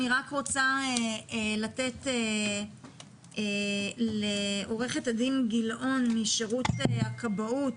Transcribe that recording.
אני רק רוצה לתת לעו"ד גלאון משירות הכבאות